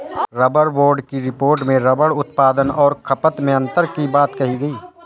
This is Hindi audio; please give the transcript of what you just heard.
रबर बोर्ड की रिपोर्ट में रबर उत्पादन और खपत में अन्तर की बात कही गई